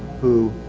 who,